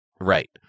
right